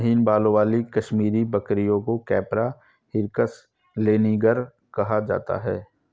महीन बालों वाली कश्मीरी बकरियों को कैपरा हिरकस लैनिगर कहा जाता है